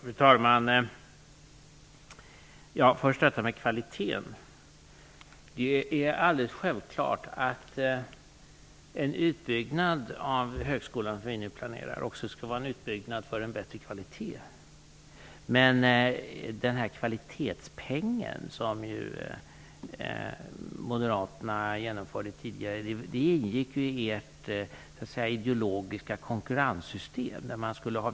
Fru talman! Först tar jag detta med kvaliteten. Det är alldeles självklart att den utbyggnad av högskolan vi nu planerar också skall vara en utbyggnad för bättre kvalitet. Men den kvalitetspeng som ni moderater genomförde tidigare ingick ju i ert ideologiska konkurrenssystem.